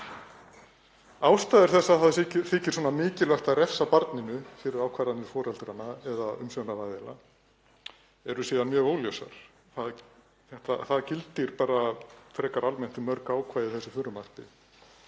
Ástæður þess að það þykir mikilvægt að refsa barninu fyrir ákvarðanir foreldranna eða umsjónaraðila eru síðan mjög óljósar. Það gildir bara frekar almennt um mörg ákvæði í þessu frumvarpi.